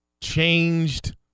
Changed